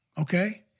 okay